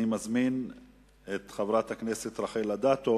אני מזמין את חברת הכנסת רחל אדטו